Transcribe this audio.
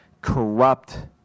corrupt